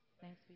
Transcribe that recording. Thanks